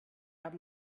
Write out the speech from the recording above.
haben